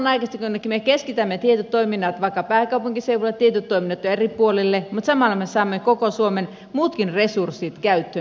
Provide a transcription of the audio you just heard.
samanaikaisesti kun me keskitämme tietyt toiminnat vaikka pääkaupunkiseudulle tietyt toiminnat eri puolille niin samalla me saamme koko suomen muutkin resurssit käyttöön